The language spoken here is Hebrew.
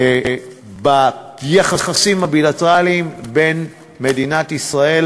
ביחסים הבילטרליים בין מדינת ישראל